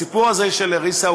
הסיפור הזה של לריסה,